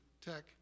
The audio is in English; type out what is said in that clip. Tech